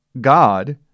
God